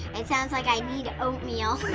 it sounds like i need oatmeal.